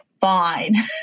fine